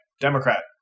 Democrat